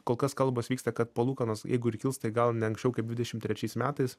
kol kas kalbos vyksta kad palūkanos jeigu ir kils tai gal ne anksčiau kaip dvidešim trečiais metais